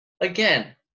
Again